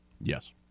Yes